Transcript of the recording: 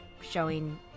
showing